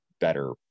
better